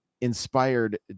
inspired